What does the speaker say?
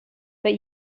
but